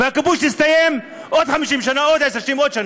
הכיבוש יסתיים עוד 50 שנה, עוד עשר שנים, עוד שנה.